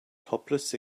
topless